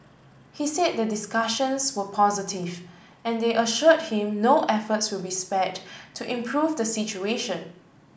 he said the discussions were positive and they assured him no efforts will be spared to improve the situation